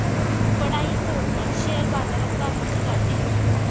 बडा ही संज्ञा शेअर बाजारात वापरली जाते